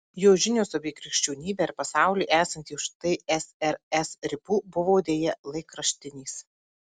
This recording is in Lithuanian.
jo žinios apie krikščionybę ir pasaulį esantį už tsrs ribų buvo deja laikraštinės